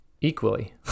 equally